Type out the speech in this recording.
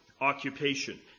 occupation